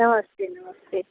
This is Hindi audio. नमस्ते नमस्ते